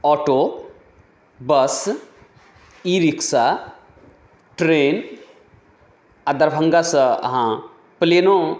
auto bus e rickshaw train आ दरभङ्गासँ अहाँ प्लेनो